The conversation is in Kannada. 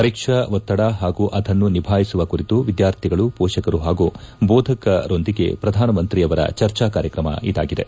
ಪರೀಕ್ಷಾ ಒತ್ತಡ ಹಾಗೂ ಅದನ್ನು ನಿಭಾಯಿಸುವ ಕುರಿತು ವಿದ್ಕಾರ್ಥಿಗಳು ಪೋಷಕರು ಹಾಗೂ ಬೋಧಕರರೊಂದಿಗೆ ಪ್ರಧಾನಮಂತ್ರಿಯವರ ಚರ್ಚಾ ಕಾರ್ಯಕ್ರಮ ಇದಾಗಿದೆ